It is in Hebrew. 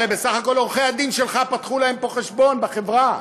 הרי בסך הכול עורכי-הדין שלך פתחו להם פה חשבון בחברה.